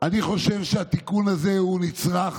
אני חושב שהתיקון הזה הוא נצרך,